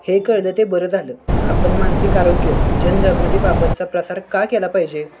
हे कळलं ते बरं झालं आपण मानसिक आरोग्य जनजागृती बाबतचा प्रसार का केला पाहिजे